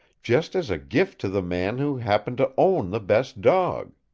just as a gift to the man who happened to own the best dog.